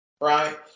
right